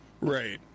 Right